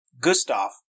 gustav